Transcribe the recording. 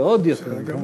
זה עוד יותר.